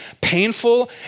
painful